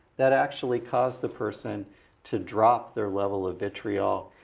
that actually caused the person to drop their level of vitriol,